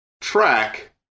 track